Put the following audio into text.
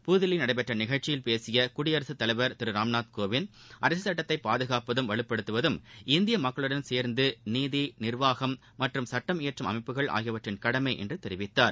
புதுதில்லியில் நடைபெற்ற நிகழ்ச்சியில் பேசிய குடியரசுத் தலைவர் திரு ராம்நாத் கோவிந்த் அரசியல் சட்டத்தை பாதுகாப்பதும் வலுப்படுத்துவதும் இந்திய மக்களுடன் சேர்ந்து நீதி நிவாகம் மற்றும் சட்டம் இயற்றும் அமைப்புகள் ஆகியவற்றின் கடமை என்று தெரிவித்தார்